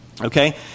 Okay